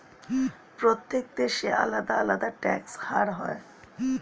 প্রত্যেক দেশে আলাদা আলাদা ট্যাক্স হার হয়